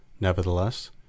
nevertheless